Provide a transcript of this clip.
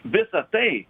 visa tai